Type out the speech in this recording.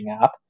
app